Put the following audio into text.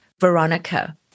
Veronica